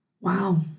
Wow